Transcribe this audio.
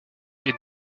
est